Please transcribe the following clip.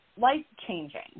life-changing